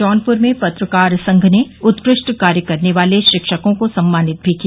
जौनप्र में पत्रकार संघ ने उत्कृष्ट कार्य करने वाले शिक्षकों को सम्मानित भी किया